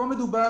פה מדובר,